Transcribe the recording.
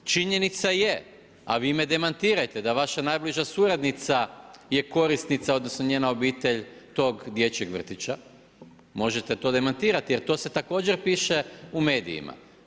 Činjenica je, a vi me demantirajte da vaša najbliža suradnica je korisnica odnosno njena obitelj tog dječjeg vrtića, možete to demantirati jer to također piše u medijima.